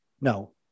No